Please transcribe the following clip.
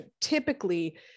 typically